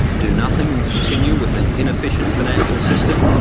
do nothing and continue with an inefficient financial system,